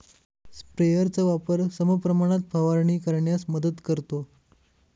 स्प्रेयरचा वापर समप्रमाणात फवारणी करण्यास मदत करतो